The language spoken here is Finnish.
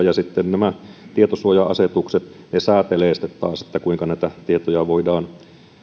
ja nämä tietosuoja asetukset säätelevät sitten taas kuinka näitä tietoja voidaan